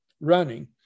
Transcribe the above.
running